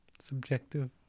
subjective